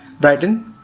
Brighton